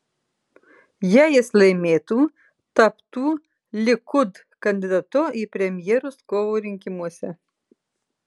jei jis laimėtų taptų likud kandidatu į premjerus kovo rinkimuose